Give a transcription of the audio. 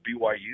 byu